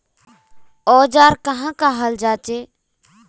औजार कहाँ का हाल जांचें?